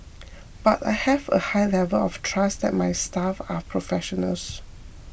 but I have a high level of trust that my staff are professionals